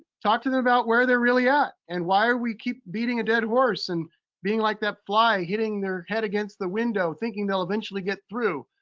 talk to them about where they're really at, and why are we beating a dead horse and being like that fly, hitting their head against the window, thinking they'll eventually get through?